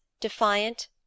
defiant